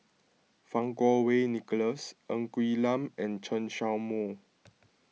Fang Kuo Wei Nicholas Ng Quee Lam and Chen Show Mao